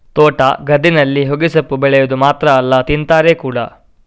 ತೋಟ, ಗದ್ದೆನಲ್ಲಿ ಹೊಗೆಸೊಪ್ಪು ಬೆಳೆವುದು ಮಾತ್ರ ಅಲ್ಲ ತಿಂತಾರೆ ಕೂಡಾ